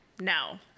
No